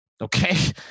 okay